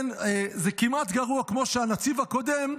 כן, זה כמעט גרוע כמו שהנציב הקודם,